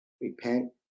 repent